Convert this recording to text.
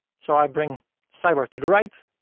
so i bring sidebar to the right